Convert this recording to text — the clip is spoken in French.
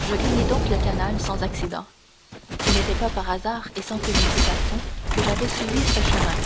je gagnai donc le canal sans accident ce n'était pas par hasard et sans préméditation que j'avais suivi ce chemin